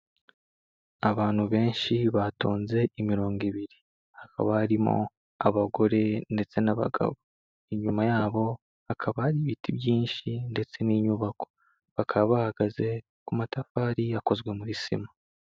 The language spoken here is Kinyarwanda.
Abantu benshi batonze imirongo ibiri, hakaba harimo abagore ndetse n'abagabo, inyuma yabo hakaba hari ibiti byinshi ndetse n'inyubako, bakaba bahagaze ku matafari akozwe muri sima.